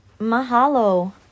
mahalo